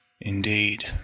Indeed